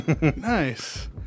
Nice